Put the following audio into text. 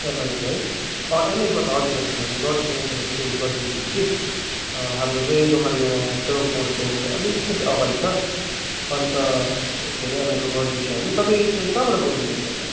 एमआईको है अँ एमआईको त हजुर हजुर हामी गर्छौँ एमआईको त चेन्ज गरिदिन्छौँ कि हाम्रो चाहिँ दोकान यहाँ सेवक मोडको अलिकति अगाडि छ अन्त के अरे एमआईको गरिदिन्छौँ हामी तपाईँ चाहिँ कहाँबाट बोल्नुभएको होला